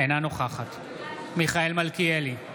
אינה נוכחת מיכאל מלכיאלי,